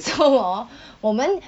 so hor 我们